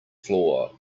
floor